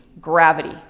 gravity